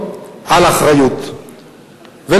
את דוח-גולדסטון,